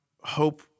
hope